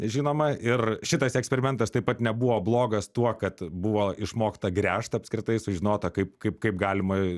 žinoma ir šitas eksperimentas taip pat nebuvo blogas tuo kad buvo išmokta gręžt apskritai sužinota kaip kaip kaip galima